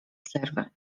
przerwy